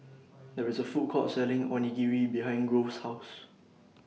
There IS A Food Court Selling Onigiri behind Grove's House